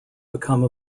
become